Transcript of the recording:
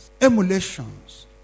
emulations